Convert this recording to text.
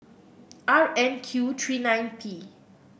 R N Q three nine P